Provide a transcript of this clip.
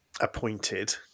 appointed